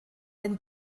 den